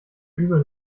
übel